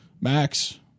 Max